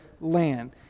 land